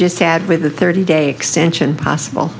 just had with a thirty day extension possible